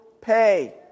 pay